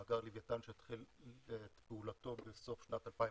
מאגר לוויתן שהחל את פעולתו בסוף שנת 2019,